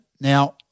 now